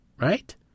right